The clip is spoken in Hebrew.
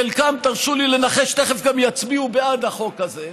חלקם, תרשו לי לנחש, תכף גם יצביעו בעד החוק הזה,